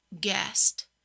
guest